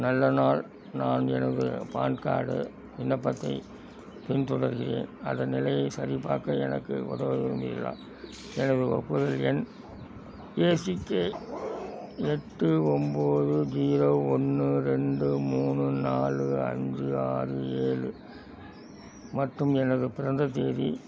நல்ல நாள் நான் எனது பான் கார்டு விண்ணப்பத்தைப் பின்தொடர்கிறேன் அதன் நிலையை சரிபார்க்க எனக்கு உதவ விரும்புகிறீர்களா எனது ஒப்புதல் எண் ஏ சி கே எட்டு ஒம்போது ஜீரோ ஒன்று ரெண்டு மூணு நாலு அஞ்சு ஆறு ஏழு மற்றும் எனது பிறந்த தேதி